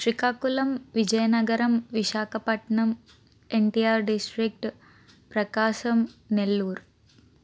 Srikakulam Vizianagaram Visakhapatnam NTR district Prakasam Nellore